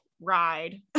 ride